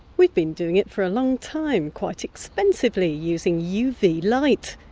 we've been doing it for a long time, quite expensively, using uv light.